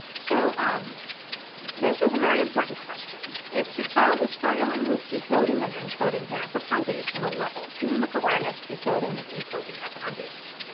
so um this is a very important question. if your child is struggling with decoding and encoding there at the foundational level phonemic awareness, decoding, and encoding are foundational.